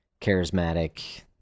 charismatic